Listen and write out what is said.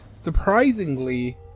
surprisingly